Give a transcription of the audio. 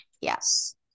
Yes